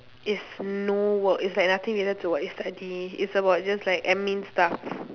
it's no work it's like nothing related to what you study it's about just like admin stuff